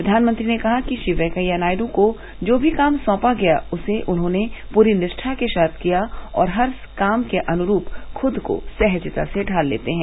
प्रधानमंत्री ने कहा कि श्री वेंकैया नायड् को जो भी काम सौंपा गया उसे उन्होंने पूरी निश्ठा के साथ किया और वे हर काम के अनुरूप खुद को सहजता से ढाल लेते हैं